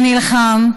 שנלחם,